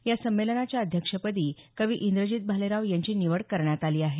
या संमेलनाच्या अध्यक्षपदी कवी इंद्रजित भालेराव यांची निवड करण्यात आली आहे